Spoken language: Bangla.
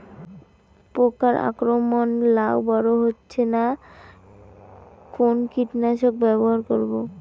পোকার আক্রমণ এ লাউ বড় হচ্ছে না কোন কীটনাশক ব্যবহার করব?